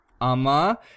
Ama